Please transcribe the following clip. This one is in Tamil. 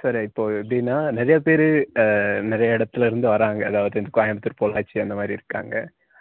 சார் இப்போது எப்படின்னா நிறையாப் பேர் நிறையா இடத்துலேருந்து வர்றாங்க அதாவது இந்த கோயம்புத்தூர் பொள்ளாச்சி அந்த மாதிரி இருக்காங்க